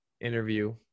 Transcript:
interview